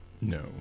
No